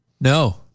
No